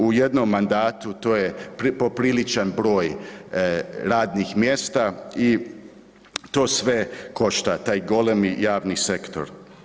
U jednom mandatu to je popriličan broj radnih mjesta i to sve košta, taj golemi radni sektor.